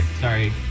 Sorry